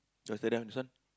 just tell them this one